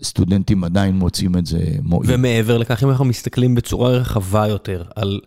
שסטודנטים עדיין מוצאים את זה מועיל. ומעבר לכך, אם אנחנו מסתכלים בצורה רחבה יותר על...